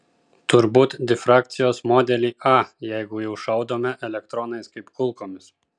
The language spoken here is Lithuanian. turbūt difrakcijos modelį a jeigu jau šaudome elektronais kaip kulkomis